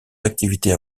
d’activités